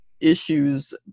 issues